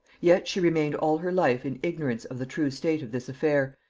yet she remained all her life in ignorance of the true state of this affair,